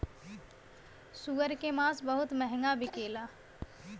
सूअर के मांस बहुत महंगा बिकेला